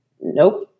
nope